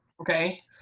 Okay